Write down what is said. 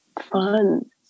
Fun